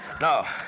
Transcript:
no